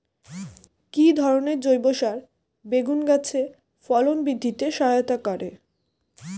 কি ধরনের জৈব সার বেগুন গাছে ফলন বৃদ্ধিতে সহায়তা করে?